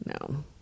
No